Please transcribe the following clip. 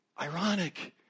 ironic